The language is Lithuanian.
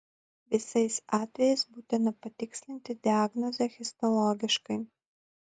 visais atvejais būtina patikslinti diagnozę histologiškai